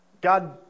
God